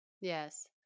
yes